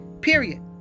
period